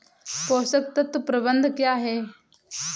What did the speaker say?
पोषक तत्व प्रबंधन क्या है?